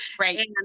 right